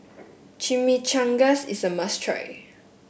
Chimichangas is a must try